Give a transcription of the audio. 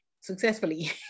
successfully